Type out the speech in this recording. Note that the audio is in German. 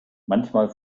manchmal